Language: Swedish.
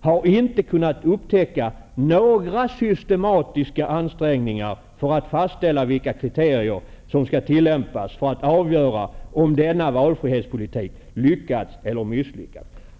har inte kunnat upptäcka några systematiska ansträngningar för att fastställa vilka kriterier som skall tillämpas för att avgöra om denna valfrihetspolitik lyckats eller misslyckats.''